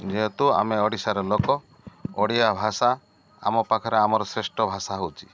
ଯେହେତୁ ଆମେ ଓଡ଼ିଶାର ଲୋକ ଓଡ଼ିଆ ଭାଷା ଆମ ପାଖରେ ଆମର ଶ୍ରେଷ୍ଠ ଭାଷା ହେଉଛି